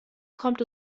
kommt